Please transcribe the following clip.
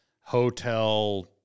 hotel